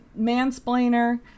Mansplainer